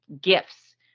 gifts